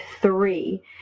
three